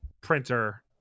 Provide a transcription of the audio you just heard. printer